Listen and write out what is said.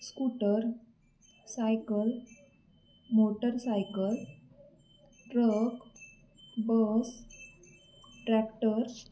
scooter cycle motorcycle truck bus tractor